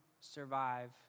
survive